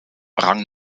rang